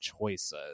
choices